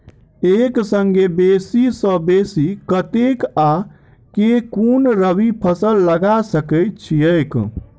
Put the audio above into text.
एक संगे बेसी सऽ बेसी कतेक आ केँ कुन रबी फसल लगा सकै छियैक?